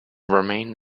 remain